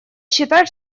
считает